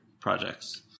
projects